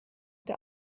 der